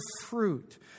fruit